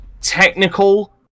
technical